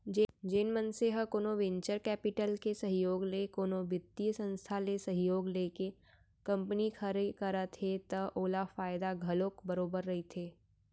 जेन मनसे ह कोनो वेंचर कैपिटल के सहयोग ले कोनो बित्तीय संस्था ले सहयोग लेके कंपनी खड़े करत हे त ओला फायदा घलोक बरोबर रहिथे